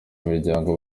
imiryango